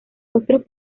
otros